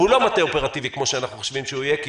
והוא לא מטה אופרטיבי כמו שאנחנו חושבים שהוא יהיה,